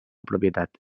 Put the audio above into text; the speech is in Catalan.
propietat